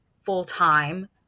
full-time